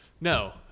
No